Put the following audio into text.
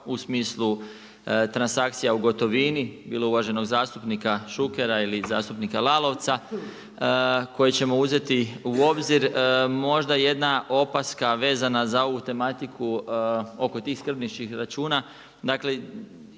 u smislu transakcija u gotovini, bilo uvaženog zastupnika Šukera ili zastupnika Lalovca koje ćemo uzeti u obzir. Možda jedna opaska vezana za ovu tematiku oko tih skrbničkih računa.